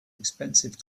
expensive